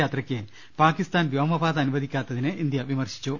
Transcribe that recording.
യാത്രയ്ക്ക് പാക്കിസ്ഥാൻ വ്യോമപാത അനുവദിക്കാ ത്തതിനെ ഇന്ത്യ വിമർശിച്ചു